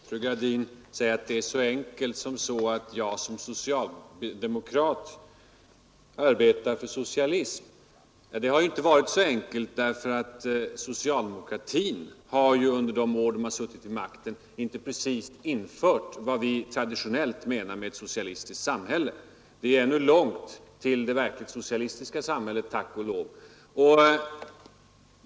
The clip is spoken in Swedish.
Herr talman! Fru Gradin säger att det är så enkelt: att som socialdemokrat arbetar hon för socialism. Ja, det har ju inte varit så enkelt, därför att socialdemokratin har under de år den suttit vid makten inte precis infört vad vi traditionellt menar med ett socialistiskt samhälle. Det är ännu långt till det verkligt socialistiska samhället, tack och lov.